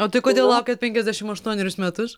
o tai kodėl laukėt penkiasdešim aštuonerius metus